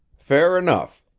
fair enough!